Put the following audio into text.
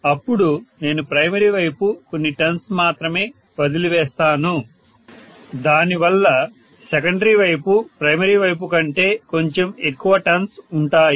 అప్పుడు నేను ప్రైమరీ వైపు కొన్ని టర్న్స్ మాత్రమే వదిలి వేస్తాను దానివల్ల సెకండరీ వైపు ప్రైమరీ వైపు కంటే కొంచెం ఎక్కువ టర్న్స్ ఉంటాయి